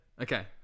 Okay